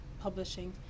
publishing